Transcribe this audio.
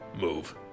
Move